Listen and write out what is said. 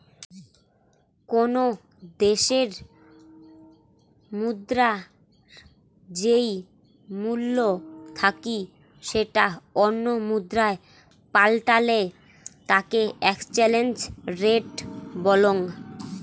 কোনো দ্যাশের মুদ্রার যেই মূল্য থাকি সেটা অন্য মুদ্রায় পাল্টালে তাকে এক্সচেঞ্জ রেট বলং